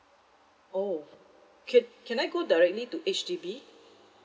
oh can can I go directly to H_D_B